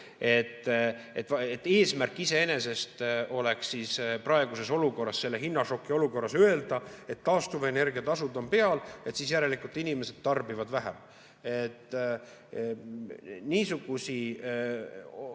Et eesmärk iseenesest oleks praeguses olukorras, selle hinnašoki olukorras öelda, et taastuvenergia tasu on peal ja siis järelikult inimesed tarbivad vähem. Kui on niisugused